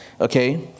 Okay